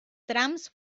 trams